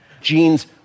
genes